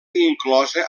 inclosa